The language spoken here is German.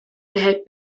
behält